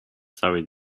cały